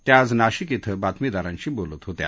त्या आज नाशिक इथं बातमीदारांशी बोलत होत्या